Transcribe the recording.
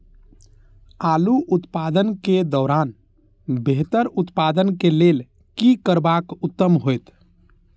आलू उत्पादन के दौरान बेहतर उत्पादन के लेल की करबाक उत्तम होयत?